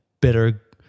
better